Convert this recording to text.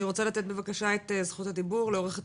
אני רוצה לתת בבקשה את זכות הדיבור לעורכת